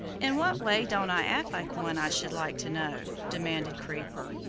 in what way don't i act like one i should like to know? demanded creeper.